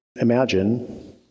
imagine